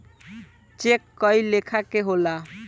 check कए लेखा के होला